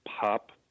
pop